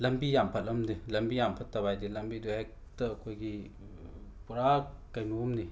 ꯂꯝꯕꯤ ꯌꯥꯝ ꯐꯠꯂꯝꯗꯦ ꯂꯝꯕꯤ ꯌꯥꯝ ꯐꯠꯇꯕ ꯍꯥꯏꯗꯤ ꯂꯝꯕꯤꯗꯣ ꯍꯦꯛꯇ ꯑꯩꯈꯣꯏꯒꯤ ꯄꯨꯔꯥ ꯀꯩꯅꯣꯝꯅꯤ